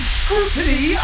scrutiny